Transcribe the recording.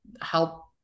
help